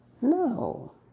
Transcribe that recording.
No